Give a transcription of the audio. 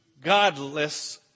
godless